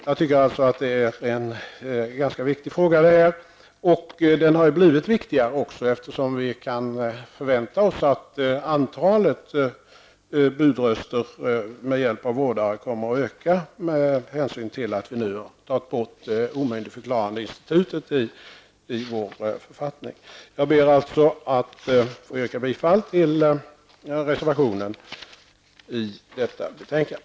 Jag tycker alltså att den här frågan är viktig, och den har också blivit viktigare, eftersom antalet budröster med hjälp av vårdare kan förväntas öka med hänsyn till att omyndigförklarandeinstitutet har tagits bort ur vår författning. Jag yrkar således bifall till reservationen som är fogad till detta betänkande.